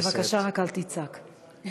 בבקשה רק אל תצעק.